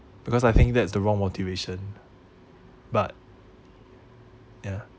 because I think that's the wrong motivation but ya